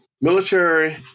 Military